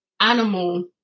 animal